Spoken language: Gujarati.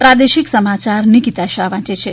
પ્રાદેશિક સમાચાર નિકીતા શાહ વાંચે છે